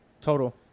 total